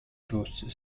douce